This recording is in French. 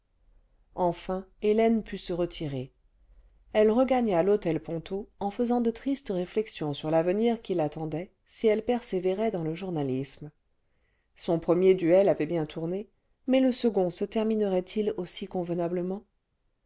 enfin hélène put se retirer elle regagna l'hôtel ponto en faisant de tristes réflexions sur l'avenir qui l'attendait si elle persévérait dans le journalisme son premier duel avait bien tourné mais le second se terminerait il aussi convenablement